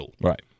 Right